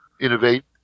innovate